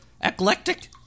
eclectic